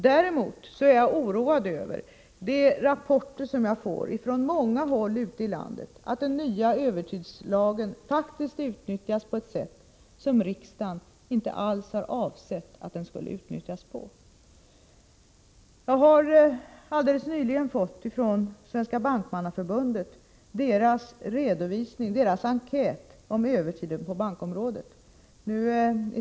Däremot är jag oroad över de rapporter som jag får från många håll ute i landet om att den nya övertidslagen faktiskt utnyttjas på ett sätt som riksdagen inte hade avsett att den skulle utnyttjas på. Jag har alldeles nyligen från Svenska Bankmannaförbundet fått deras enkät om övertiden på bankområdet.